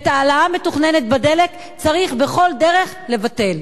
את ההעלאה המתוכננת בדלק צריך בכל דרך לבטל.